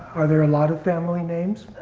are there a lot of family names?